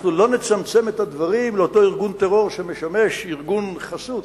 אנחנו לא נצמצם את הדברים לאותו ארגון טרור שמשמש ארגון חסות,